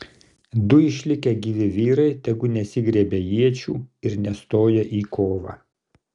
du išlikę gyvi vyrai tegu nesigriebia iečių ir nestoja į kovą